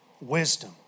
Wisdom